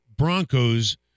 Broncos